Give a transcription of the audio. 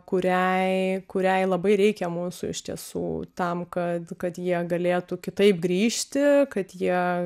kuriai kuriai labai reikia mūsų iš tiesų tam kad kad jie galėtų kitaip grįžti kad jie